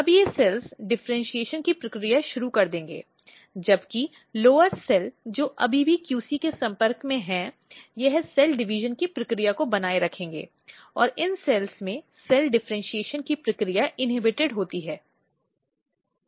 अब ये cells differentiation की प्रक्रिया शुरू कर देंगे जबकि लोअर सेल्स जो अभी भी QC के संपर्क में रहते हैं यह सेल डिविजन की प्रक्रिया को बनाए रखेंगे और इन सेल्स में सेल डिफ़र्इन्शीएशन की प्रक्रिया इन्हेबिटेड होती है